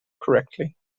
correctly